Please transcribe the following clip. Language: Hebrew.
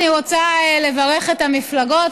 אני רוצה לברך את המפלגות,